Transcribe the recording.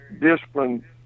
discipline